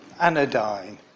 anodyne